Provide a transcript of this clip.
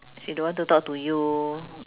she don't want to talk to you